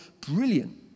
brilliant